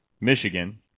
Michigan